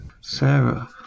Sarah